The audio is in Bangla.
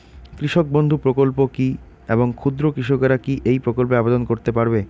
কৃষক বন্ধু প্রকল্প কী এবং ক্ষুদ্র কৃষকেরা কী এই প্রকল্পে আবেদন করতে পারবে?